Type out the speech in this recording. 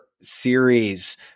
series